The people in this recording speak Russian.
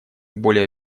более